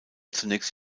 zunächst